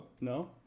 No